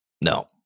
No